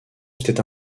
était